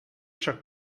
však